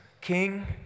king